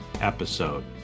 episode